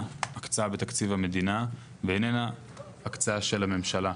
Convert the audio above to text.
הקצאה בתקציב המדינה ואיננה הקצאה של הממשלה,